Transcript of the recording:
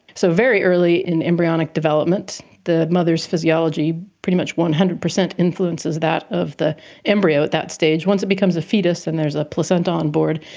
so very early in embryonic development the mother's physiology pretty much one hundred percent influences that of the embryo at that stage. once it becomes a foetus and there's a placenta on board,